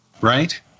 right